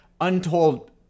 untold